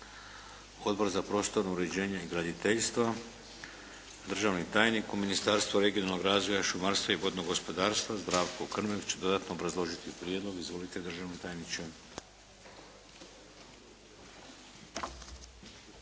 Odbor za prostorno uređenje i graditeljstvo, državni tajnik u Ministarstvu regionalnog razvoja šumarstva i vodnog gospodarstva Zdravko Krmek će dodatno obrazložiti prijedlog. Izvolite držani tajniče.